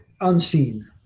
Unseen